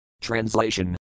Translation